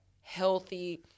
healthy